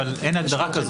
אין הגדרה.